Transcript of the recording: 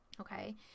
Okay